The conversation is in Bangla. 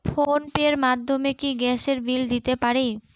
ফোন পে র মাধ্যমে কি গ্যাসের বিল দিতে পারি?